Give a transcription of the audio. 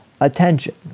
attention